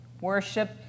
Worship